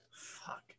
Fuck